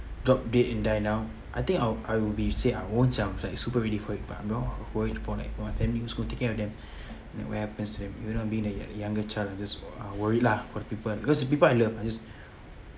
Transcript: drop dead and die now I think I would I would be say I won't sound like super really worried but I'm more worried about like my family who's going to take care of them and what happens to them you know being the youn~ the youngest child in this uh I'm worried lah for the people cause the people I love I just